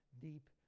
deep